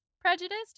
prejudiced